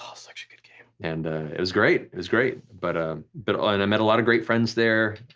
ah such a good game. and it was great, it was great. but ah but i and met a lot of great friends there,